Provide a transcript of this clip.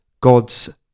God's